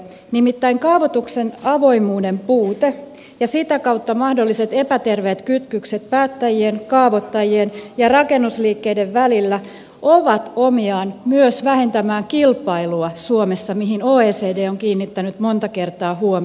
nimittäin kaavoituksen avoimuuden puute ja sitä kautta mahdolliset epäterveet kytkökset päättäjien kaavoittajien ja rakennusliikkeiden välillä ovat omiaan myös vähentämään kilpailua suomessa mihin oecd on kiinnittänyt monta kertaa huomiota